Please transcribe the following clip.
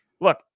look